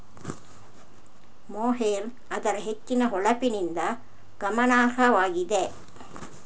mohair ಅದರ ಹೆಚ್ಚಿನ ಹೊಳಪಿನಿಂದ ಗಮನಾರ್ಹವಾಗಿದೆ